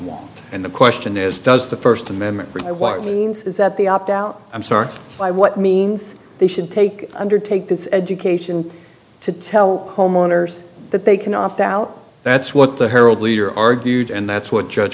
want and the question is does the first amendment required means is that the opt out i'm sorry by what means they should take undertake this education to tell homeowners that they can opt out that's what the herald leader argued and that's what judge